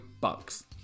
bucks